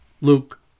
Luke